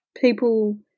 people